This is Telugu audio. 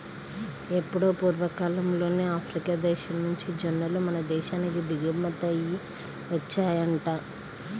ఎప్పుడో పూర్వకాలంలోనే ఆఫ్రికా దేశం నుంచి జొన్నలు మన దేశానికి దిగుమతయ్యి వచ్చాయంట